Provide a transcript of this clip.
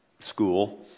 School